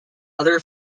other